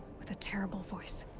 with a terrible voice.